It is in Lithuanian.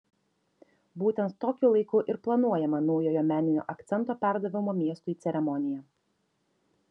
būtent tokiu laiku ir planuojama naujojo meninio akcento perdavimo miestui ceremonija